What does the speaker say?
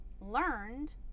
learned